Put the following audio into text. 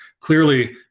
clearly